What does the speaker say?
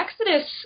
Exodus